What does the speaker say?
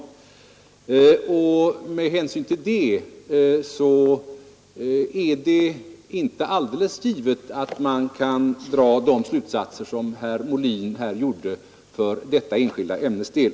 Med hänsyn till detta är det inte alldeles givet att man kan dra de slutsatser som herr Molin här gjorde beträffande ett enskilt ämne.